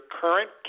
current